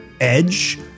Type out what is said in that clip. edge